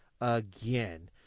again